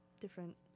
different